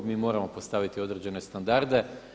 Mi moramo postaviti određene standarde.